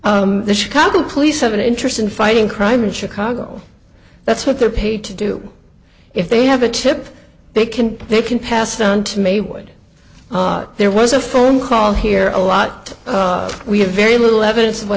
ambiguous the chicago police have an interest in fighting crime in chicago that's what they're paid to do if they have a chip big can they can passed on to me would there was a phone call here a lot we have very little evidence of what